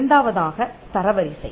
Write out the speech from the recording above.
இரண்டாவதாக தரவரிசை